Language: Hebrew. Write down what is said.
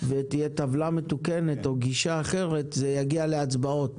ותהיה טבלה מתוקנת או גישה אחרת, זה יגיע להצבעות.